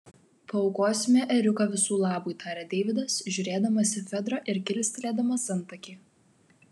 paaukosime ėriuką visų labui tarė deividas žiūrėdamas į fedrą ir kilstelėdamas antakį